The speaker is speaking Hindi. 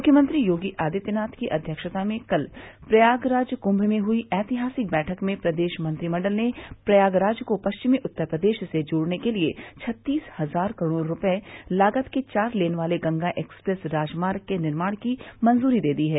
मुख्यमंत्री योगी आदित्यनाथ की अध्यक्षता में कल प्रयागराज कुंभ में हुई ऐतिहासिक बैठक में प्रदेश मंत्रिमंडल ने प्रयागराज को पश्चिमी उत्तर प्रदेश से जोड़ने के लिये छत्तीस हजार करोड़ रुपये लागत के चार लेन वाले गंगा एक्सप्रेस राजमार्ग के निर्माण की मंजूरी दे दी है